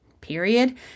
period